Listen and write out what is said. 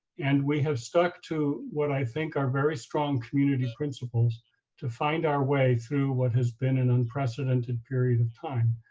and we have stuck to what i think are very strong community principles to find our way through what has been an unprecedented period of time.